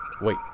Wait